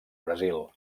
brasil